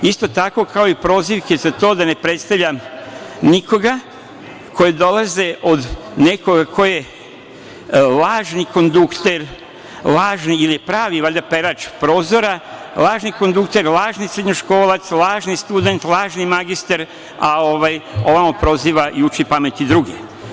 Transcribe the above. Isto tako, kao i prozivke za to da ne predstavljam nikoga, koje dolaze od nekoga ko je lažni kondukter, lažni ili pravi perač prozora, lažni kondukter, lažni srednjoškolac, lažni student, lažni magistar, a on proziva i uči pameti druge.